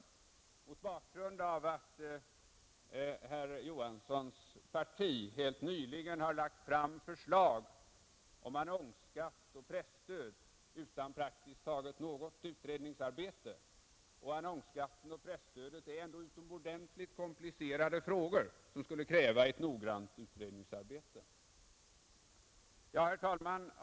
Jag var förvånad mot bakgrund av att herr Johanssons parti helt nyligen har lagt fram förslag om annonsskatt och presstöd utan praktiskt taget något utredningsarbete — annonsskatten och presstödet är ändå utomordentligt komplicerade frågor, som skulle kräva ett noggrant utredningsarbete. Herr talman!